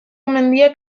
mendiak